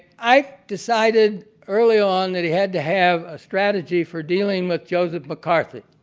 ike decided early on that he had to have a strategy for dealing with joseph mccarthy.